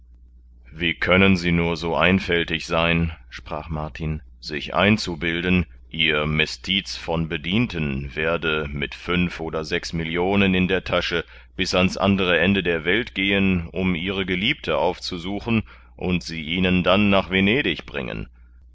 wie können sie nur so einfältig sein sprach martin sich einzubilden ihr mestiz von bedienten werde mit fünf oder sechs millionen in der tasche bis ans andere ende der welt gehen um ihre geliebte aufzusuchen und sie ihnen dann nach venedig bringen